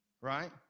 right